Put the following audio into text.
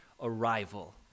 arrival